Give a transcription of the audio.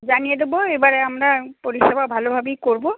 জানিয়ে দেবো এবারে আমরা পরিষেবা ভালোভাবেই করব